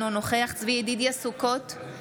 אינו נוכח צבי ידידיה סוכות,